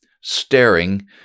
staring